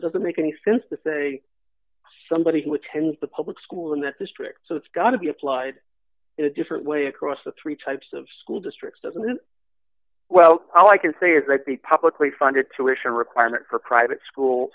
it doesn't make any sense to say somebody who attends the public school in that district so it's got to be applied in a different way across the three types of school districts doesn't well all i can say is that the publicly funded tuitions requirement for private school